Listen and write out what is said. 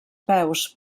peus